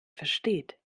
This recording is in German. versteht